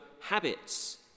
habits